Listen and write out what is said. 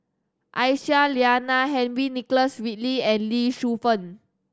Aisyah Lyana Henry Nicholas Ridley and Lee Shu Fen